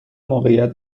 موقعیت